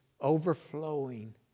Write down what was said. overflowing